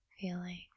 feeling